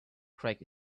craig